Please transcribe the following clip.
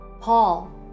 Paul